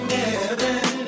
heaven